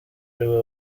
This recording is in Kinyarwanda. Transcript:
ariwe